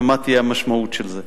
ומה תהיה המשמעות של זה.